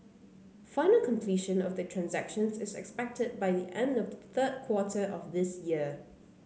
final completion of the transactions is expected by the end of the third quarter of this year